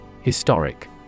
Historic